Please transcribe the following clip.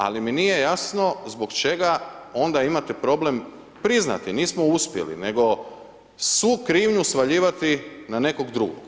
Ali mi nije jasno zbog čega onda imate problem priznati nismo uspjeli, nego svu krivnju svaljivati na nekog drugog.